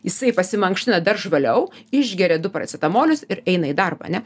jisai pasimankština dar žvaliau išgeria du paracetamolis ir eina į darbą ane